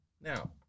Now